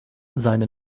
seine